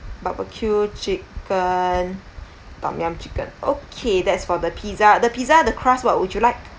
barbecue chicken tom-yum chicken okay that's for the pizza the pizza the crust what would you like